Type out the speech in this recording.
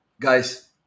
Guys